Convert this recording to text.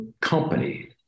company